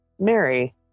Mary